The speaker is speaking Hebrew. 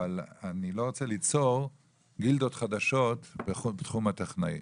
אבל אני לא רוצה ליצור גילדות חדשות בתחום הטכנאים.